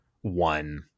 one